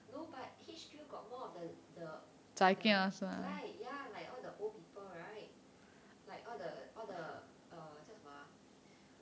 no but H_Q got more of the the the right ya like all the old people right like all the all the 叫什么 ah